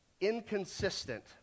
inconsistent